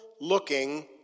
looking